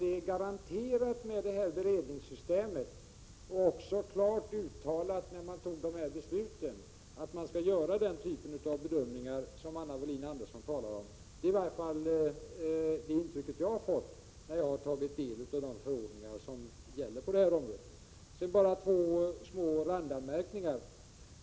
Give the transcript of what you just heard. Det är garanterat i och med det här beredningssystemet och det uttalades också klart när besluten fattades att man skall göra den typ av bedömningar som Anna Wohlin-Andersson här talar om. Det är i varje fall det intryck som jag har fått när jag tagit del av de förordningar som gäller på detta område. Sedan bara två små randanmärkningar.